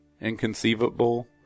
Inconceivable